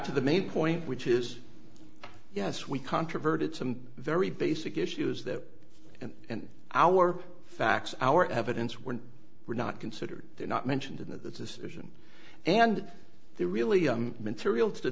to the main point which is yes we controverted some very basic issues that and and our facts our evidence when we're not considered they're not mentioned in the decision and they're really young material to